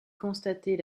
constater